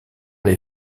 les